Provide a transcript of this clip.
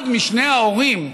אחד משני ההורים,